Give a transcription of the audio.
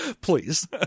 please